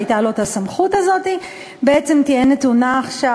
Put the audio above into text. שהייתה לו הסמכות הזאת ובעצם תהיה נתונה עכשיו,